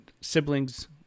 siblings